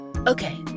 Okay